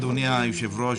אדוני היושב-ראש,